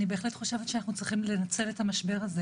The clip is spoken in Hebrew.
אני בהחלט חושבת שאנחנו לנצל את המשבר הזה